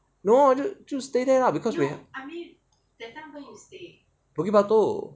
no ah 就就 stay there lah because we bukit batok